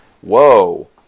whoa